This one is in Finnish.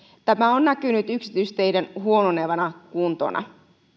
tämä on näkynyt yksityisteiden huononevana kuntona